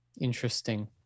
Interesting